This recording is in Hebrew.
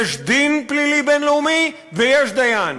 יש דין פלילי בין-לאומי ויש דיין.